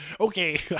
Okay